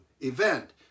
event